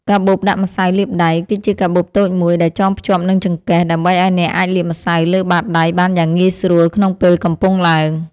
កាបូបដាក់ម្សៅលាបដៃ គឺជាកាបូបតូចមួយដែលចងភ្ជាប់នឹងចង្កេះ ដើម្បីឱ្យអ្នកអាចលាបម្សៅលើបាតដៃបានយ៉ាងងាយស្រួលក្នុងពេលកំពុងឡើង។